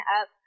up